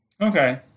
Okay